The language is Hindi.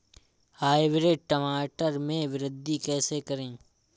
हाइब्रिड टमाटर में वृद्धि कैसे करें?